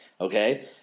okay